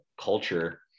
culture